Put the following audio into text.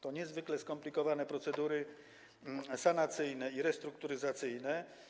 To niezwykle skomplikowane procedury sanacyjne i restrukturyzacyjne.